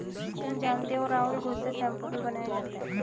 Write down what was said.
तुम जानते हो राहुल घुस से शैंपू भी बनाया जाता हैं